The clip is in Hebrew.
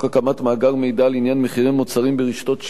הקמת מאגר מידע לעניין מחירי מוצרים ברשתות שיווק,